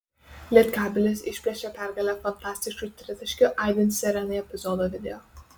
lietkabelis išplėšė pergalę fantastišku tritaškiu aidint sirenai epizodo video